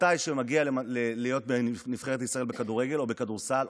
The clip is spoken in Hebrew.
ספורטאי שמגיע לנבחרת ישראל בכדורגל או בכדורסל,